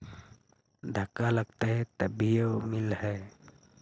धक्का लगतय तभीयो मिल है?